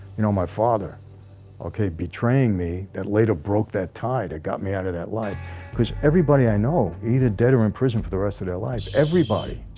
you know my father okay, betraying me that later broke that tie that got me out of that life because everybody i know either dead or in prison for the rest of their lives everybody